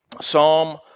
Psalm